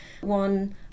one